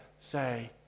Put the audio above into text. say